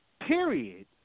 period